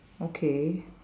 okay